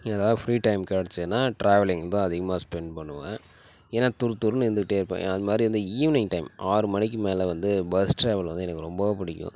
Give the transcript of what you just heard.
ஏதாவது free time கிடைச்சுதுன்னா travelling தான் அதிகமாக ஸ்பெண்ட் பண்ணுவேன் ஏன்னா துறுதுறுன்னு இருந்துகிட்டே இருப்பேன் அதுமாதிரி வந்து ஈவினிங் டைம் ஆறு மணிக்கு மேலே வந்து பஸ் ட்ராவல் வந்து எனக்கு ரொம்ப பிடிக்கும்